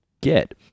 get